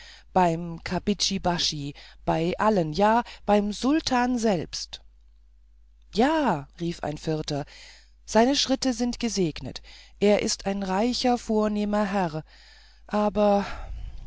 beim kapidschi baschi bei allen ja beim sultan selbst ja rief ein vierter seine schritte sind gesegnet er ist ein reicher vornehmer herr aber